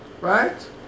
right